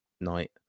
night